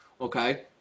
Okay